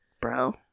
bro